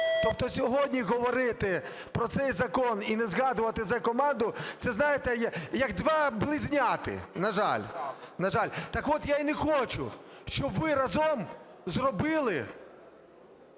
Тобто сьогодні говорити про цей закон і не згадувати Зе-команду, це, знаєте, як двоє близнюки, на жаль, на жаль. Так от я і не хочу, щоб ви разом "зробили"